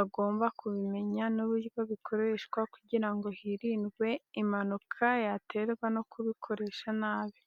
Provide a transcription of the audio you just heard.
agomba kubimenya n'uburyo bikoreshwa kugirango hirindwe impanuka yaterwa no kubikoresa nabi.